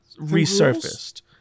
resurfaced